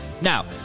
Now